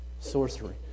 Sorcery